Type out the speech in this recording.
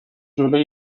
جلوی